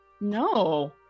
No